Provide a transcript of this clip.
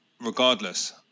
regardless